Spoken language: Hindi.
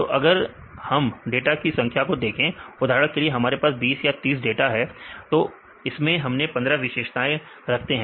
तो अगर हम डाटा की संख्या को देखें उदाहरण के लिए हमारे पास 20 या 30 डाटा है और हम इसमें 15 विशेषताएं रखते हैं